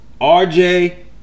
RJ